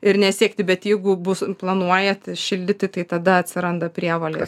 ir nesiekti bet jeigu bus planuojat šildyti tai tada atsiranda prievolė